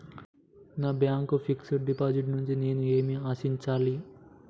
నా bank fixed deposit నుండి నేను ఏమి ఆశించాలి?